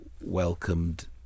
welcomed